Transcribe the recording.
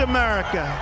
America